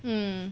mm